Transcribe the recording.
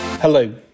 Hello